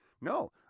No